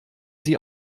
sie